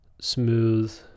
smooth